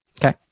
Okay